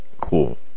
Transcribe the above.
Cool